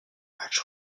match